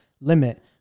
limit